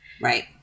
Right